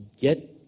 get